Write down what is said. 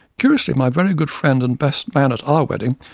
curiously, my very good friend and best man at our wedding,